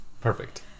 Perfect